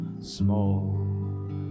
small